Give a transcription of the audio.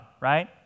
right